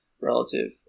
relative